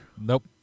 Nope